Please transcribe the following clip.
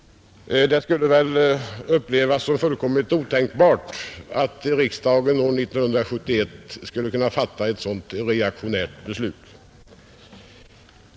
Det måste väl upplevas som fullkomligt otänkbart att riksdagen år 1971 skulle kunna fatta ett så reaktionärt beslut.